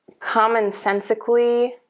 commonsensically